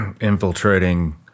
infiltrating